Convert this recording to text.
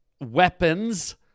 weapons